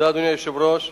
אדוני היושב-ראש,